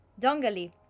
Dongali